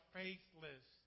faithless